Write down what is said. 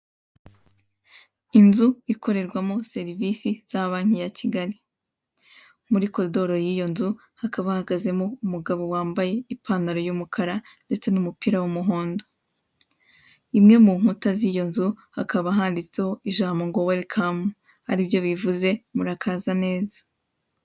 Inzu ikorerwamo serivisi za banki ya Kigali, muri korodoro y'iyo nzu hakaba hahagazemo umugabo wambaye ipantaro y'umukara ndetse n'umupira w'umuhondo, imwe mu nkuta z'iyo nzu hakaba handitseho ijambo ngo werikamu, ari byo bivuze murakaza neza.